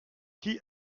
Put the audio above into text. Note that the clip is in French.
qui